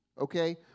okay